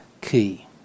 key